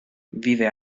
vive